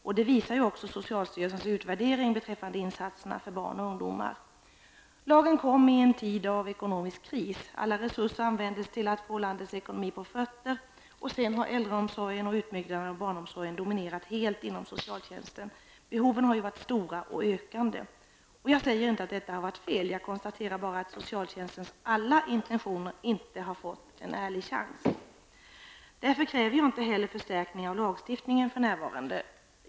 Detta visar ju också socialstyrelsens utvärdering beträffande insatserna för barn och ungdomar. Lagen kom i en tid av ekonomisk kris. Alla resurser användes till att få landets ekonomi på fötter. Sedan har äldreomsorgen och utbyggnaden av barnomsorgen dominerat helt inom socialtjänsen. Behoven har ju varit stora och ökande. Jag säger inte att detta har varit fel, jag konstaterar bara att socialtjänstens alla intentioner inte har fått en ärlig chans. Därför kräver jag inte heller en förstärkning av lagstiftningen för närvarande.